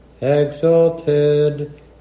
exalted